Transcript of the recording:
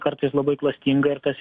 kartais labai klastinga ir tas